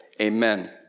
Amen